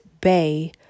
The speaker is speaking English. bay